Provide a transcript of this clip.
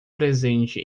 presente